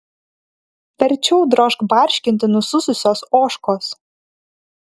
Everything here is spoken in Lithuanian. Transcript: verčiau drožk barškinti nusususios ožkos